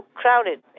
crowded